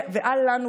ואל לנו,